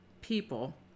people